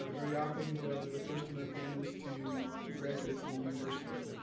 ah very often, the the first in their families to to graduate from the university.